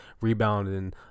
rebounding